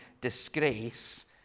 disgrace